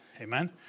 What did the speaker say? Amen